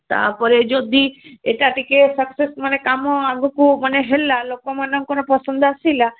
ତା'ପରେ ଯଦି ଏଇଟା ଟିକେ ସକ୍ସେସ୍ ମାନେ କାମ ଆଗକୁ ମାନେ ହେଲା ଲୋକମାନଙ୍କର ପସନ୍ଦ ଆସିଲା